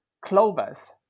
clovers